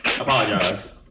Apologize